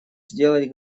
сделать